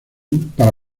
para